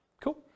Cool